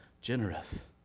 generous